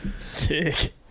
sick